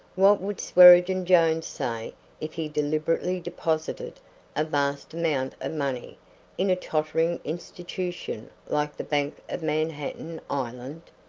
what would swearengen jones say if he deliberately deposited a vast amount of money in a tottering institution like the bank of manhattan island?